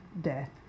death